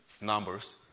numbers